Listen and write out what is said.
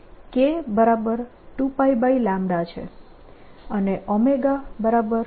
કારણકે k2π છે અને ω2πν છે